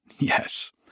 Yes